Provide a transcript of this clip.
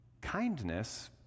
Kindness